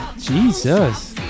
Jesus